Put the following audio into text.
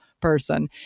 person